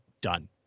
Done